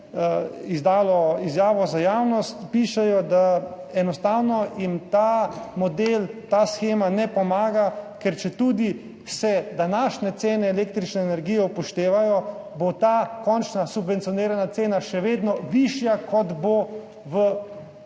izjavo za javnost, pišejo, da jim enostavno ta model, ta shema ne pomaga, ker četudi se upoštevajo današnje cene električne energije, bo ta končna subvencionirana cena še vedno višja kot bo v